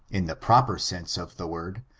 in the proper sense of the word,